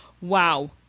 Wow